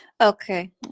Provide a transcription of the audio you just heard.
Okay